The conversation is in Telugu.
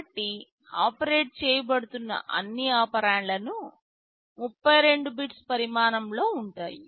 కాబట్టి ఆపరేట్ చేయబడుతున్న అన్ని ఆపెరండన్లు 32 బిట్స్ పరిమాణంలో ఉంటాయి